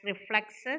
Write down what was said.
reflexes